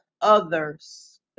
others